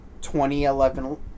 2011